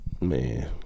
Man